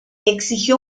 exigió